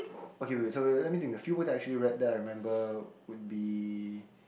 okay wait wait so wait let me think the few books that I actually read that I remember would be